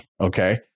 Okay